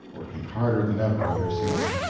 working harder than ever at her singing.